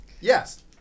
Yes